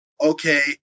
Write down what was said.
okay